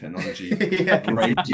technology